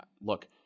look